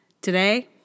Today